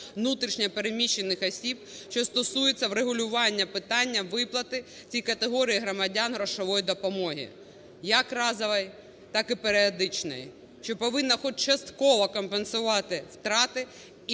внутрішньо переміщених осіб", що стосується врегулювання питання виплати цій категорії громадян грошової допомоги як разової, так і періодичної, що повинно хоч частково компенсувати втрати і